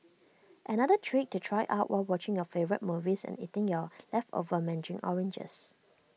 another trick to try out while watching your favourite movies and eating your leftover Mandarin oranges